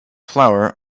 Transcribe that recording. flour